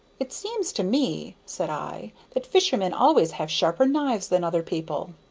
it seems to me, said i, that fishermen always have sharper knives than other people.